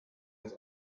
das